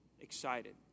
excited